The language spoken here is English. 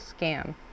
scam